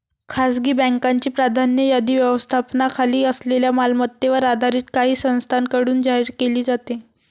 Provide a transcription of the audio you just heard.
खासगी बँकांची प्राधान्य यादी व्यवस्थापनाखाली असलेल्या मालमत्तेवर आधारित काही संस्थांकडून जाहीर केली जाते